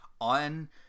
on